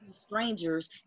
Strangers